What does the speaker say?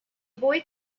boy